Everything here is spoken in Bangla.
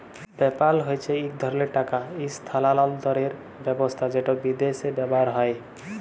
পেপ্যাল হছে ইক ধরলের টাকা ইসথালালতরের ব্যাবস্থা যেট বিদ্যাশে ব্যাভার হয়